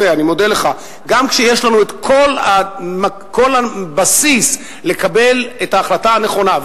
גם כשיש לנו כל הבסיס לקבל את ההחלטה הנכונה,